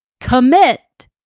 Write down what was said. commit